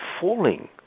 falling